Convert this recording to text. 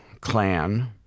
clan